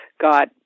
got